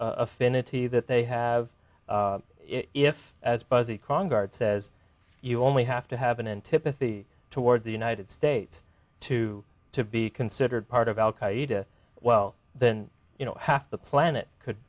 affinity that they have if as buzzy krongard says you only have to have an antipathy toward the united states to to be considered part of al qaeda well then you know half the planet could